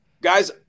guys